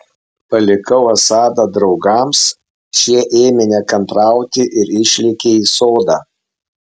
palikau asadą draugams šie ėmė nekantrauti ir išlėkė į sodą